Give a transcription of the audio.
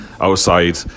outside